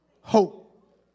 hope